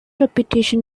reputation